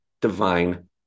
divine